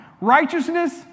Righteousness